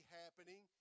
happening